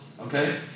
okay